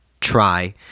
try